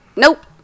Nope